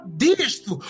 disto